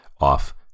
off